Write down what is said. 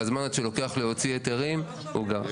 והזמן עד שלוקח להוציא היתרים הוא גם.